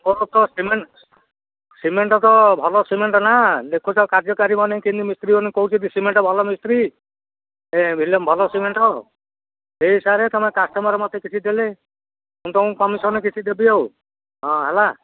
ମୋର ତ cement cement ତ ଭଲ ସିମେଣ୍ଟ ନା ଦେଖୁଛ କାର୍ଯ୍ୟ କରିବନି କେମତି ମିସ୍ତ୍ରୀମାନେ କହୁଛନ୍ତି ସିମେଣ୍ଟ ଭଲ ମିସ୍ତ୍ରୀ ଏଲମ ଭଲ ସିମେଣ୍ଟ ଆଉ ସେଇ ହିସାବରେ ତୁମେ କଷ୍ଟମର ମୋତେ କିଛି ଦେଲେ ମୁଁ ତଙ୍କୁ କମିଶନ୍ କିଛି ଦେବି ଆଉ ହଁ ହେଲା